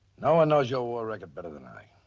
no one knows your war record better than i.